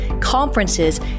conferences